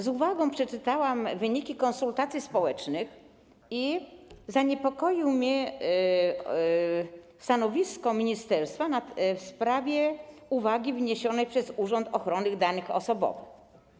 Z uwagą przeczytałam wyniki konsultacji społecznych i zaniepokoiło mnie stanowisko ministerstwa w sprawie uwagi wniesionej przez Urząd Ochrony Danych Osobowych.